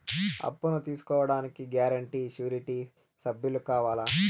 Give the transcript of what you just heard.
అప్పును తీసుకోడానికి guarantee, surety సభ్యులు కావాలా?